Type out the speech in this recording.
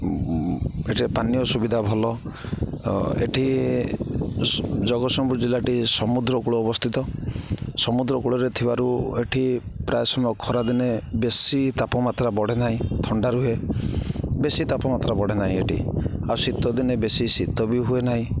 ଏଠି ପାନୀୟ ସୁବିଧା ଭଲ ଏଠି ସ୍ ଜଗତସିଂହପୁର ଜିଲ୍ଲାଟି ସମୁଦ୍ରକୂଳ ଅବସ୍ଥିତ ସମୁଦ୍ରକୂଳରେ ଥିବାରୁ ଏଠି ପ୍ରାୟ ସମୟ ଖରାଦିନେ ବେଶୀ ତାପମାତ୍ରା ବଢ଼େ ନାହିଁ ଥଣ୍ଡା ରୁହେ ବେଶୀ ତାପମାତ୍ରା ବଢ଼େ ନାହିଁ ଏଠି ଆଉ ଶୀତ ଦିନେ ବେଶୀ ଶୀତ ବି ହୁଏ ନାହିଁ